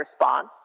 response